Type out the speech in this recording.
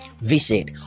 Visit